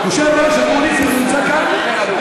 יושב-ראש הקואליציה נמצא כאן.